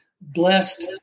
blessed